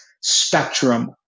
spectrum